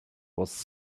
was